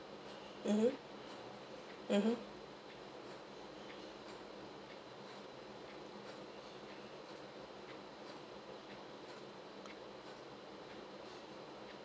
mmhmm mmhmm